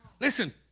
Listen